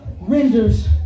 renders